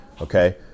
okay